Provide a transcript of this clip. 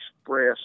express